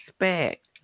respect